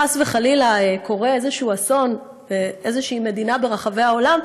חס וחלילה קורה איזה אסון באיזו מדינה ברחבי העולם,